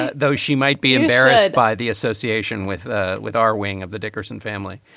ah though she might be embarrassed by the association with ah with our wing of the dickason family.